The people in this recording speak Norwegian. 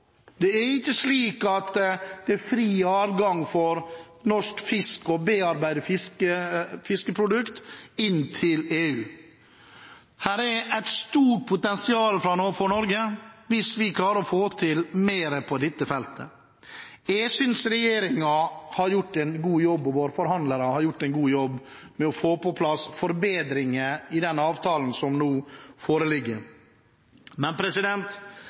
Det er ikke slik at det er fri adgang for norsk fisk og bearbeidede fiskeprodukter inn til EU. Her er det et stort potensial for Norge hvis vi klarer å få til mer på dette feltet. Jeg synes regjeringen og våre forhandlere har gjort en god jobb med å få på plass forbedringer av den avtalen som nå foreligger. Men